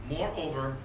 Moreover